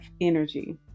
energy